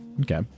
Okay